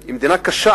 היא מדינה שקשה